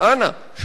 ואנא,